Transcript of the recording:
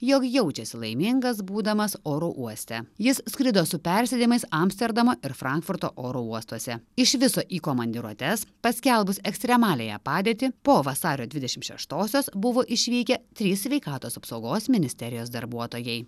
jog jaučiasi laimingas būdamas oro uoste jis skrido su persėdimais amsterdamo ir frankfurto oro uostuose iš viso į komandiruotes paskelbus ekstremaliąją padėtį po vasario dvidešimt šeštosios buvo išvykę trys sveikatos apsaugos ministerijos darbuotojai